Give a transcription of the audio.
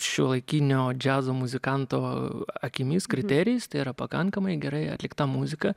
šiuolaikinio džiazo muzikanto akimis kriterijais tai yra pakankamai gerai atlikta muzika